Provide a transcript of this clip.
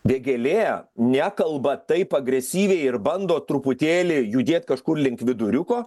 vėgėlė nekalba taip agresyviai ir bando truputėlį judėt kažkur link viduriuko